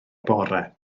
bore